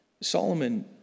Solomon